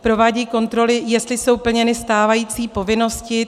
Provádějí kontroly, jestli jsou plněny stávající povinnosti.